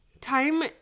time